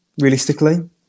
realistically